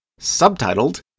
subtitled